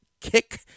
kick